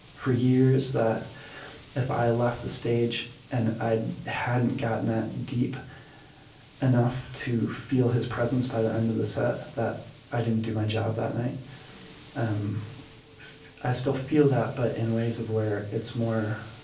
for years, that if i left the stage and i hadn't gotten that deep enough to feel his presence by the end of the set, that i didn't do my job that night and i still feel that, but in ways of where it's more